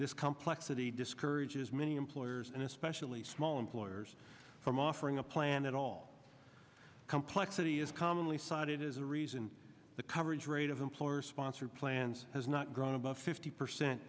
this complexity discourages many employers and especially small employers from offering a plan at all complexity is commonly cited as a reason the coverage rate of employer sponsored plans has not grown above fifty percent